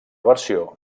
versió